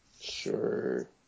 Sure